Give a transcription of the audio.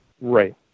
Right